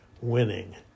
winning